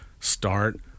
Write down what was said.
Start